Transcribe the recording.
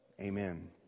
Amen